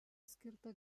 skirta